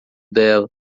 dela